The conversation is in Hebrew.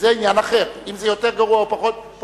זה עניין אחר אם זה יותר גרוע או פחות.